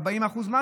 40% מס,